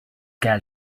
gal